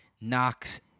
Knox